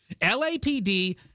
LAPD